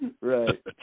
Right